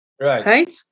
Right